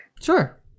Sure